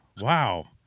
Wow